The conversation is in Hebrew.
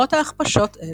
למרות הכפשות אלה,